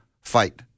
fight